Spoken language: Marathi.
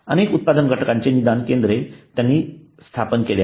अनेक उत्पादन घटकांचे निदान केंद्र त्यांनी स्थापन केले आहेत